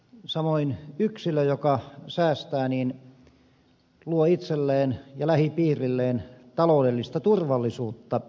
samoin yksilö joka säästää luo itselleen ja lähipiirilleen taloudellista turvallisuutta